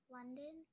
London